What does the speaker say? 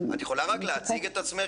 שמאפשר שתי נקודות זכות על מעורבות חברתית,